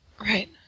Right